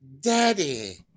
Daddy